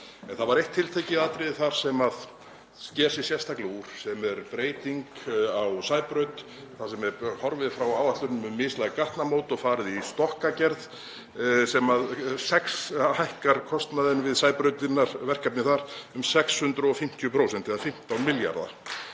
En það er eitt tiltekið atriði þar sem sker sig sérstaklega úr sem er breyting á Sæbraut þar sem er horfið frá áætlunum um mislæg gatnamót og farið í stokkagerð sem hækkar kostnaðinn við Sæbrautarverkefnið um 650% eða 15 milljarða.